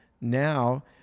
now